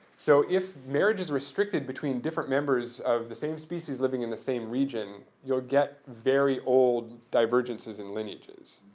so, if marriage is restricted between different members of the same species living in the same region, you'll get very old divergences and lineages.